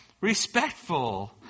Respectful